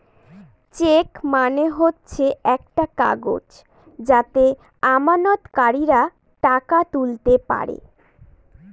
check মানে হচ্ছে একটা কাগজ যাতে আমানতকারীরা টাকা তুলতে পারে